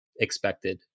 expected